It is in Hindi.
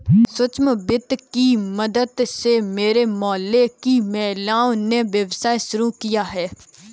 सूक्ष्म वित्त की मदद से मेरे मोहल्ले की महिलाओं ने व्यवसाय शुरू किया है